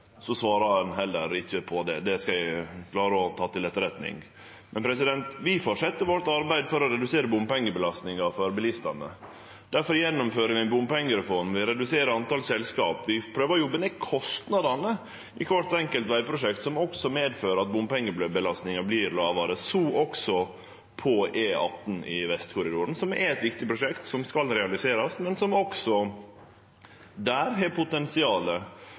svarar ein heller ikkje på det. Det skal eg klare å ta til etterretning. Vi fortset arbeidet vårt med å redusere bompengebelastinga for bilistane. Difor gjennomfører vi ei bompengereform ved å redusere talet på selskap. Vi prøver å jobbe ned kostnadene i kvart enkelt vegprosjekt, som også medfører at bompengebelastinga vert mindre – så også på E18 i Vestkorridoren, som er eit viktig prosjekt som skal realiserast, men der ein også har